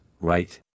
right